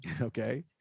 Okay